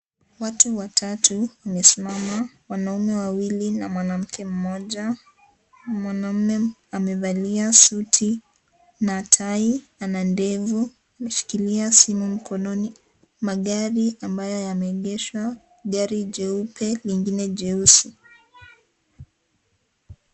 Watu watatu wamesimama wanaume wawili na mwanamke mmoja . Mwanaume amevalia suti na tai ana ndevu ameshikilia simu mkononi. Magari ambayo yemeegeshwa, gari jeupe lingine jeusi.